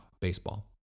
baseball